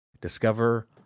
Discover